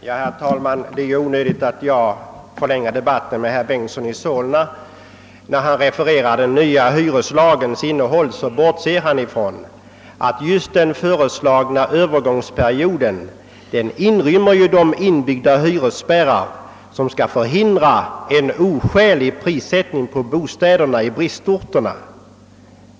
Herr talman! Det är onödigt att jag förlänger debatten med herr Bengtson i Solna. När han refererade den nya hyreslagens innehåll bortsåg han ifrån att just den föreslagna övergångsperioden inrymmer de inbyggda hyresspärrar, som skall förhindra en oskälig prissättning beträffande bostäderna i bristorterna.